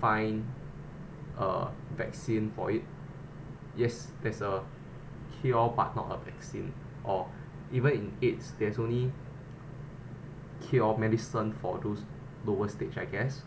find a vaccine for it yes there's a cure but not a vaccine or even in aids there's only cure medicine for those lower stage I guess